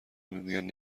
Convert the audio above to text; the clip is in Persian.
میگویند